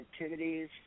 activities